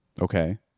Okay